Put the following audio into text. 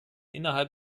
innerhalb